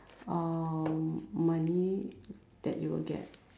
uh money that you would get